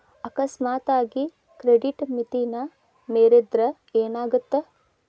ಅಕಸ್ಮಾತಾಗಿ ಕ್ರೆಡಿಟ್ ಮಿತಿನ ಮೇರಿದ್ರ ಏನಾಗತ್ತ